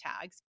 tags